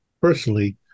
personally